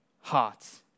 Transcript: hearts